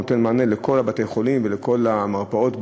ונותן מענה לכל בתי-החולים ולכל המרפאות בארץ,